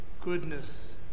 goodness